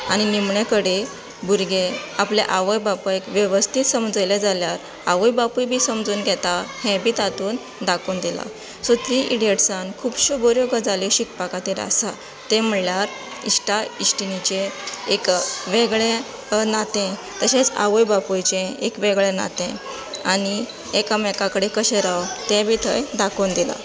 आनी निमणे कडेन भुरगे आपले आवय बापायक वेवस्थीत समजयले जाल्यार आवय बापूय बी समजून घेता हें बी तातूंत दाखोवन दिलां सो थ्री इडयट्सांत खुबशो बऱ्यो गजाली शिकपा खातीर आसात तें म्हणल्यार इश्टा इश्टिणीचें एक वेगळें नातें तशेंच आवय बापूयचें एक वेगळें नातें आनी एकामेकां कडेन कशें रावप तेंवूय बी थंय दाखोवन दिलां